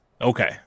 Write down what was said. Okay